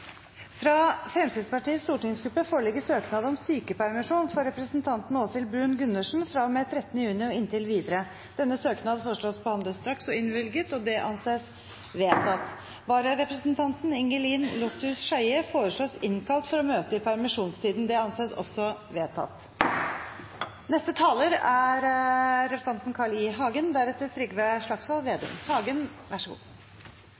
Fra Fremskrittspartiets stortingsgruppe foreligger søknad om sykepermisjon for representanten Åshild Bruun-Gundersen fra og med 13. juni og inntil videre. Denne søknad foreslås behandlet straks og innvilget. – Det anses vedtatt. Vararepresentanten, Ingelinn Lossius-Skeie , foreslås innkalt for å møte i permisjonstiden. – Det anses også vedtatt. På et punkt er jeg helt enig med Trygve Slagsvold